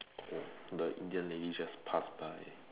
oh the Indian lady just pass by